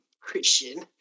Christian